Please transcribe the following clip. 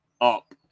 up